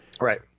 Right